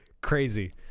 crazy